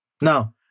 Now